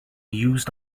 used